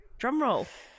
Drumroll